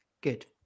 Good